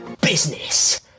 business